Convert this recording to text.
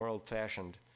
old-fashioned